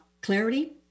clarity